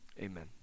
amen